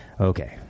okay